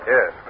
Yes